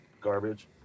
garbage